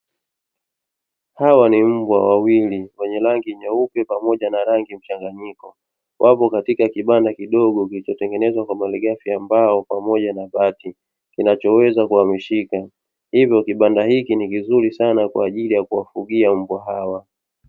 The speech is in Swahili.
Hawa ni mbwa wawili wenye rangi nyeupe na rangi mchanganyiko, wako katika kibanda kidogo kilichotengenezwa kwa malighafi ya mbao pamoja na bati, kinachoweza kuhamishika hivyo kibanda hiki ni kizuri sana kwa ajili ya kuwafugia mbwa hawa.